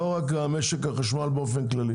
לא רק משק החשמל באופן כללי.